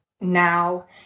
now